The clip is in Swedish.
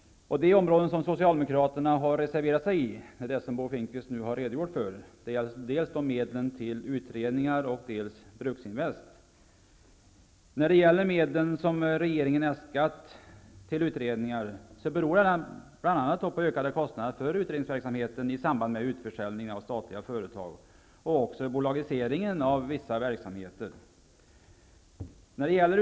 De områden som socialdemokraterna har reserverat sig på, som Bo Finnkvist nu har redogjort för, är dels medlen till utredningar, dels Bruksinvest. När det gäller de medel som regeringen har äskat till utredningar behövs de bl.a. på grund av ökade kostnader för utredningsverksamheten i samband med utförsäljningen av statliga företag och bolagiseringen av vissa verksamheter.